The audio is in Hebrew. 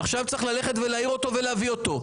ועכשיו צריך ללכת להעיר אותו ולהביא אותו,